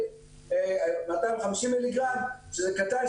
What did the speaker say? שהוא קטן,